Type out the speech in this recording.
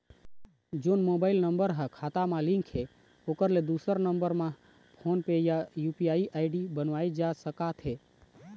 जोन mobile number हा खाता मा लिन्क हे ओकर ले दुसर नंबर मा फोन पे या यू.पी.आई आई.डी बनवाए सका थे?